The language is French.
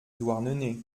douarnenez